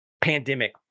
pandemic